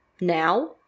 now